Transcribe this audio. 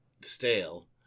stale